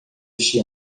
este